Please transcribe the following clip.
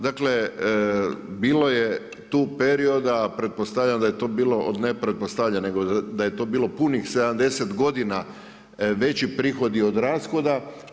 Dakle, bilo je tu perioda, a pretpostavljam, da je to bilo, ne pretpostavljam, nego da je to bilo punih 70 godina veći prihodi od rashoda.